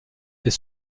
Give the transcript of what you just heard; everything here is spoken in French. est